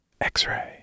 X-Ray